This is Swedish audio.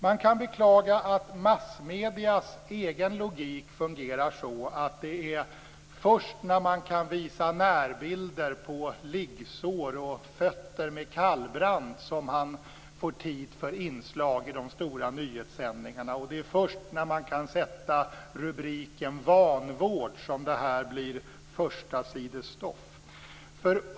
Man kan beklaga att massmediernas egen logik fungerar så att det är först när man kan visa närbilder på liggsår och fötter med kallbrand som man får tid för inslag i de stora nyhetssändningarna. Det är först när man kan sätta rubriken "vanvård" som detta blir förstasidesstoff.